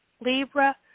Libra